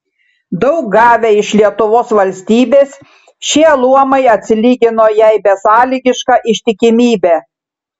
daug gavę iš lietuvos valstybės šie luomai atsilygino jai besąlygiška ištikimybe